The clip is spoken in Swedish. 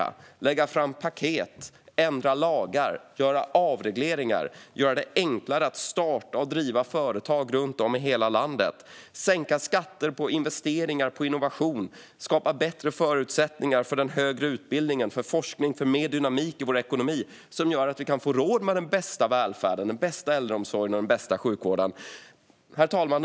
Man borde lägga fram paket, ändra lagar, göra avregleringar och göra det enklare att starta och driva företag runt om i hela landet. Man borde sänka skatter på investeringar och innovation och skapa bättre förutsättningar för den högre utbildningen, för forskning och för mer dynamik i vår ekonomi så att vi kan få råd med den bästa välfärden, den bästa äldreomsorgen och den bästa sjukvården. Herr talman!